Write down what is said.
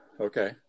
okay